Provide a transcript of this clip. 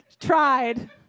tried